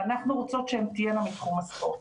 ואנחנו רוצות שהן תהיינה מתחום הספורט.